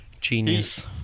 genius